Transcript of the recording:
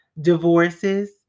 divorces